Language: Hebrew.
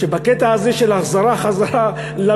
שבקטע הזה של ההחזרה למתקן,